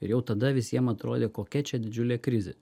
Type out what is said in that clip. ir jau tada visiem atrodė kokia čia didžiulė krizė